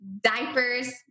diapers